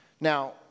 Now